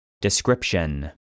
Description